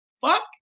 fuck